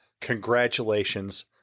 Congratulations